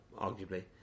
Arguably